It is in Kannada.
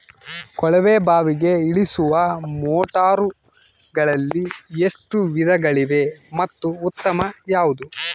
ಕೊಳವೆ ಬಾವಿಗೆ ಇಳಿಸುವ ಮೋಟಾರುಗಳಲ್ಲಿ ಎಷ್ಟು ವಿಧಗಳಿವೆ ಮತ್ತು ಉತ್ತಮ ಯಾವುದು?